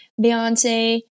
Beyonce